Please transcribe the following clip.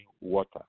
water